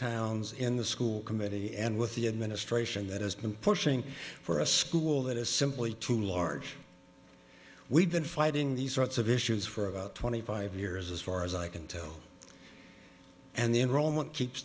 towns in the school committee and with the administration that has been pushing for a school that is simply too large we've been fighting these sorts of issues for about twenty five years as far as i can tell and the enrollment keeps